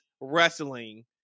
wrestling